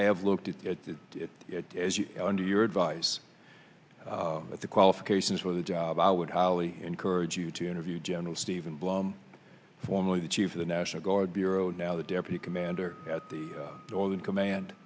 have looked at it as you under your advice but the qualifications for the job i would highly encourage you to interview general steven blum formerly the chief of the national guard bureau now the deputy commander at the northern command